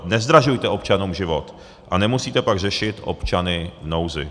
Nezdražujte občanům život, a nemusíte pak řešit občany v nouzi.